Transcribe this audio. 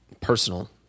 personal